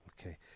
Okay